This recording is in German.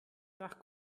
nach